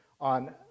on